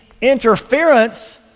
interference